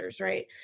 right